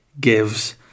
gives